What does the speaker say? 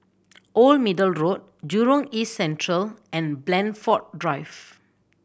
Old Middle Road Jurong East Central and Blandford Drive